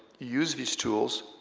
use these tools